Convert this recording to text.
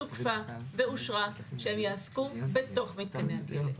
תוקפה ואושרה שהם יעסקו בתוך מתקני הכלא.